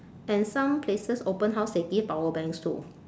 and some places open house they give power banks too